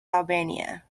albania